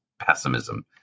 pessimism